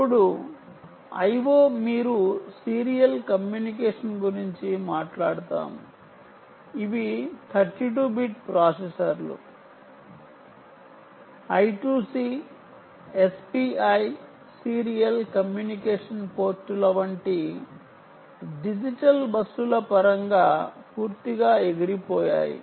అప్పుడు IO మీరు serial communication గురించి మాట్లాడుతాము ఇవి 32 బిట్ ప్రాసెసర్లు I2C SPI సీరియల్ కమ్యూనికేషన్ పోర్టుల వంటి డిజిటల్ బస్సుల పరంగా పూర్తిగా ఎగిరిపోయాయి